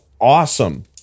awesome